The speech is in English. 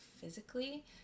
physically